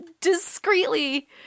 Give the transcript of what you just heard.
discreetly